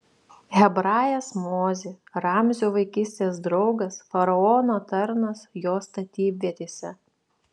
hebrajas mozė ramzio vaikystės draugas faraono tarnas jo statybvietėse